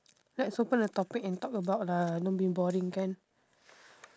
let's open a topic and talk about lah don't be boring can